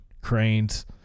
cranes